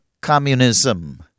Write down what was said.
communism